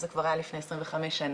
זה כבר היה לפני 25 שנה,